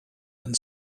and